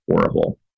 horrible